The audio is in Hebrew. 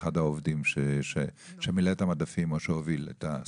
אחד העובדים שמילא את המדפים או שהוביל את הסחורה.